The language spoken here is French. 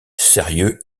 sérieux